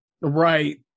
Right